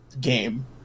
game